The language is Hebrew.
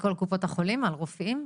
לכל קופות החולים על רופאים?